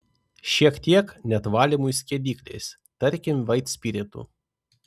šiek tiek net valymui skiedikliais tarkim vaitspiritu